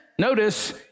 notice